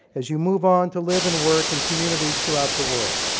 as you move on to live and work in communities throughout the world.